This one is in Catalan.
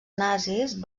nazis